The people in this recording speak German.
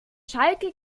schalke